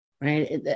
right